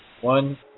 one